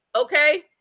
Okay